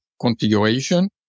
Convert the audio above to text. configuration